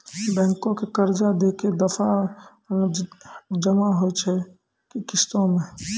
Bank के कर्जा ऐकै दफ़ा मे जमा होय छै कि किस्तो मे?